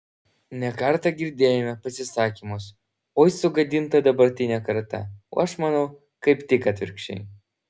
ne kartą girdėjome pasisakymus oi sugadinta dabartinė karta o aš manau kaip tik atvirkščiai